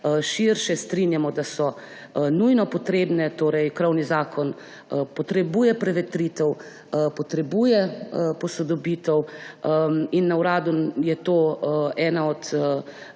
širše strinjamo, da so nujno potrebne. Krovni zakon torej potrebuje prevetritev, potrebuje posodobitev in na uradu je to ena od